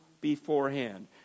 beforehand